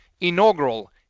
Inaugural